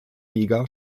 liga